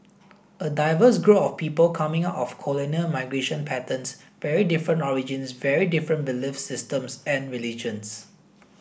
a diverse group of people coming of colonial migration patterns very different origins very different belief systems and religions